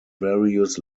various